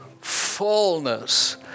fullness